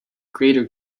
greater